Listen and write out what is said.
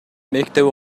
мектеп